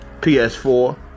PS4